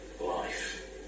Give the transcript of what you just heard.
life